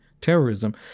terrorism